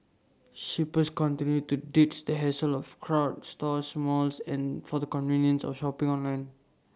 shoppers continue to ditch the hassle of crowded stores malls and for the convenience of shopping online